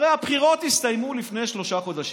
הרי הבחירות הסתיימו לפני שלושה חודשים.